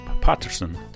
Patterson